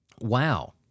Wow